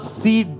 see